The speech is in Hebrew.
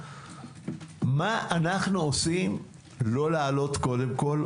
מה אנו עושים לא להעלות קודם כל,